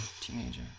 teenager